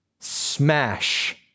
smash